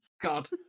God